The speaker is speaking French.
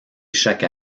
chaque